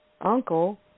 uncle